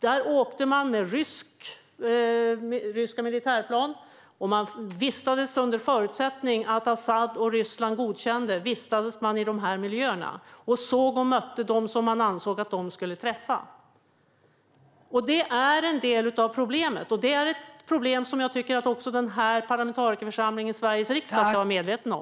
De åkte med ryska militärplan och vistades i Syrien med Asads och Rysslands godkännande och såg och mötte dem som Asad och Ryssland ansåg att de skulle träffa. Det här är ett problem som också denna parlamentarikerförsamling, Sveriges riksdag, ska vara medveten om.